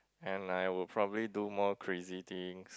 and I would probably do more crazy things